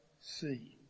see